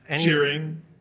Cheering